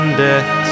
death